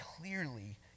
clearly